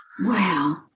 Wow